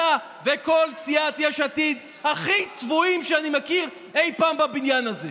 אתה וכל סיעת יש עתיד הכי צבועים שאני מכיר אי פעם בבניין הזה.